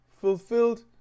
fulfilled